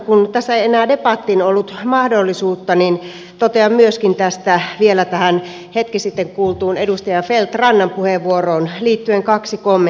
kun tässä ei enää debattiin ollut mahdollisuutta niin totean myös vielä tähän hetki sitten kuultuun edustaja feldt rannan puheenvuoroon liittyen kaksi kommenttia